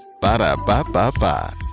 Ba-da-ba-ba-ba